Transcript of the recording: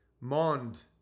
Mond